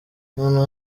noneho